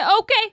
okay